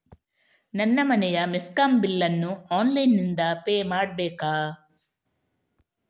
ನನ್ನ ಮನೆಯ ಮೆಸ್ಕಾಂ ಬಿಲ್ ಅನ್ನು ಆನ್ಲೈನ್ ಇಂದ ಪೇ ಮಾಡ್ಬೇಕಾ?